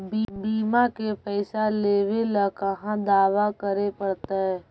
बिमा के पैसा लेबे ल कहा दावा करे पड़तै?